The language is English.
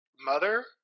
mother